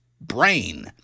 brain